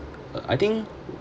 uh I think